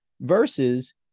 versus